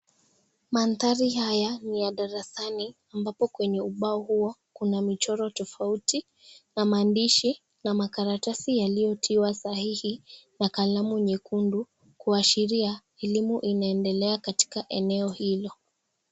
Mandhari haya ni ya darasani, ambapo kwenye ubao huo, kuna michoro tofauti na maandishi na makaratasi yaliyotiwa sahihi na kalamu nyekundu, kuashiria elimu inaendelea katika eneo hilo.